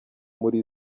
muri